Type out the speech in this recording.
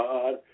God